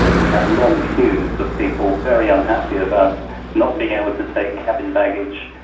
where you had long queues of people very unhappy about not being able to take cabin baggage,